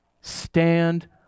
Stand